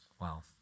Wow